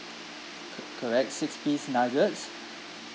co~ correct six piece nuggets